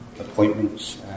appointments